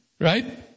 right